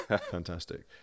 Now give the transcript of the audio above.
fantastic